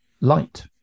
light